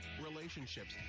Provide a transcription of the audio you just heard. relationships